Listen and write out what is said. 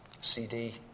CD